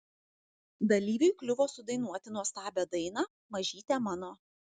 dalyviui kliuvo sudainuoti nuostabią dainą mažyte mano